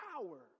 power